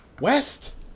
West